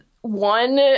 one